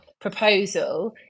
proposal